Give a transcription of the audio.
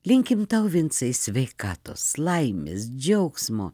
linkim tau vincai sveikatos laimės džiaugsmo